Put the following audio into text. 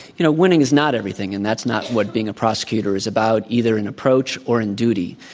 you know, winning is not everything, and that's not what being a prosecutor is about, either in approach or in duty.